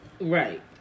Right